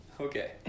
Okay